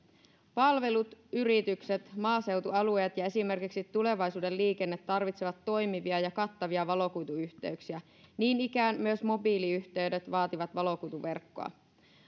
palvelut yritykset maaseutualueet ja esimerkiksi tulevaisuuden liikenne tarvitsevat toimivia ja kattavia valokuituyhteyksiä niin ikään myös mobiiliyhteydet vaativat valokuituverkkoa